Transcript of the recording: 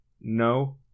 No